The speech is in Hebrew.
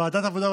ועדת העבודה,